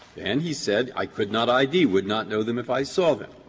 and he said i could not id, would not know them if i saw them.